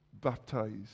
baptized